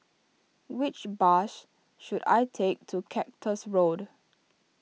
which bus should I take to Cactus Road